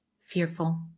fearful